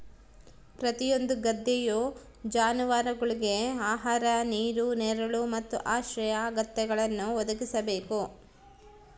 ಪ್ರತಿಯೊಂದು ಗದ್ದೆಯು ಜಾನುವಾರುಗುಳ್ಗೆ ಆಹಾರ ನೀರು ನೆರಳು ಮತ್ತು ಆಶ್ರಯ ಅಗತ್ಯಗಳನ್ನು ಒದಗಿಸಬೇಕು